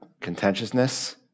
contentiousness